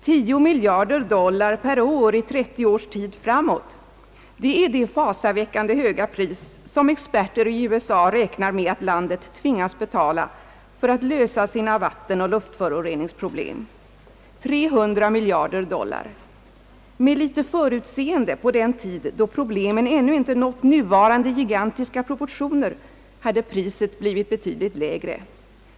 »Tio miljarder dollar per år i 30 års tid framåt — det är det fasaväckande höga pris som experter i USA räknar med att landet tvingas betala för att lö sa sina vattenoch luftföroreningsproblem. 300 miljarder dollar. Med litet förutseende på den tid då problemen ännu inte nått nuvarande gigantiska proportioner, hade priset blivit betydligt lägre.